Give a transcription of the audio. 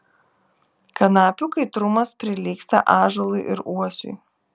kanapių kaitrumas prilygsta ąžuolui ir uosiui